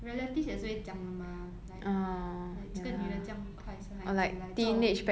relatives 也是会讲的 mah like like 这个女的这样快生孩子 like 这种